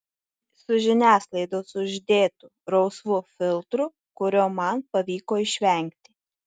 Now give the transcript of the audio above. su žiniasklaidos uždėtu rausvu filtru kurio man pavyko išvengti